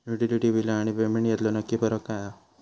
Utility बिला आणि payment यातलो नक्की फरक काय हा?